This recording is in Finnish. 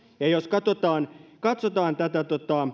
jos katsotaan